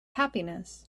happiness